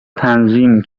تنظیم